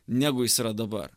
negu jis yra dabar